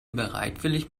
bereitwillig